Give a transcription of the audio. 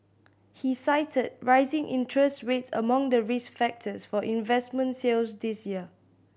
he cited rising interest rates among the risk factors for investment sales this year